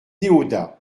déodat